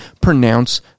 pronounce